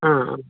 ആ